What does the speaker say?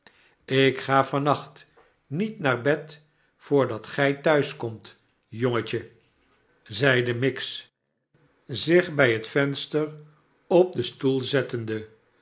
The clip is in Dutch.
ik ga van nacht niet naar bed voordat gij thuiskomt jongentje nachtwake van mejuffrouw miggs zeide miggs zich bij het venster op een stoel zettende